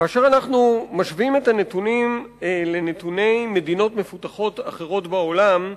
כאשר אנחנו משווים את הנתונים לנתוני מדינות מפותחות אחרות בעולם,